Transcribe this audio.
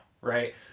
right